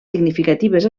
significatives